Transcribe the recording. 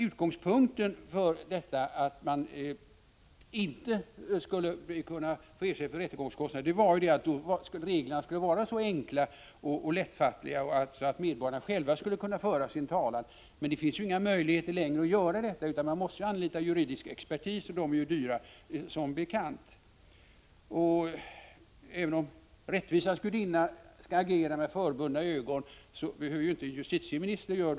Utgångspunkten för bestämmelsen att man inte skulle få ersättning för rättegångskostnaderna var att reglerna skulle vara så enkla att medborgarna själva skulle kunna föra sin talan. Men nu finns det ju inte längre möjligheter att göra detta, utan man måste anlita juridisk expertis, vilket som bekant blir dyrt. Även om rättvisans gudinna skall agera med förbundna ögon, behöver inte justitieministern göra det.